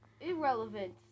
Irrelevant